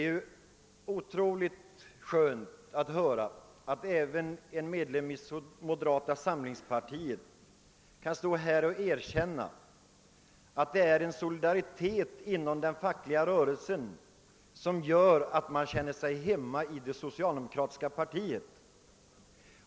Det är otroligt skönt att höra en ledamot av moderata samlingspartiet stå här och erkänna, att det är solidariteten inom den fackliga rörelsen som gör att man känner sig hemma i det socialdemokratiska partiet.